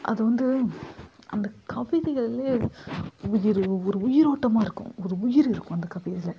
அது வந்து அந்த கவிதைகள்லே உயிர் ஒரு உயிரோட்டமாக இருக்கும் ஒரு உயிர் இருக்கும் அந்த கவிதையில